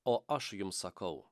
o aš jums sakau